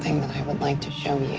would like to show